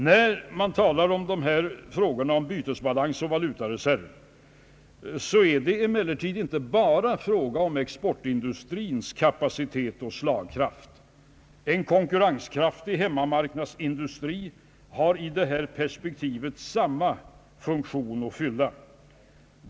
När man talar om bytesbalansen och valutareserven är det emellertid inte bara fråga om exportindustrins kapacitet och slagkraft. En konkurrenskraftig hemmamarknadsindustri har i detta perspektiv samma funktion att fylla.